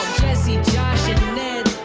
jessie, josh, and ned